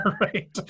Right